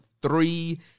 three